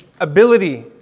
ability